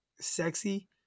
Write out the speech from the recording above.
sexy